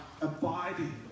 abiding